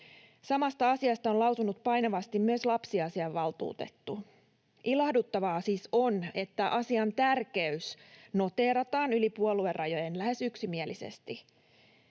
Samasta asiasta on lausunut painavasti myös lapsiasiavaltuutettu. Ilahduttavaa siis on, että asian tärkeys noteerataan yli puoluerajojen lähes yksimielisesti.